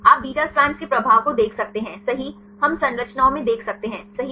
आप beta strand के प्रभाव को देख सकते हैंसही हम संरचनाओं में देख सकते हैं सही